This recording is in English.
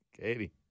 Katie